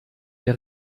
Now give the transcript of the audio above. der